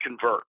Convert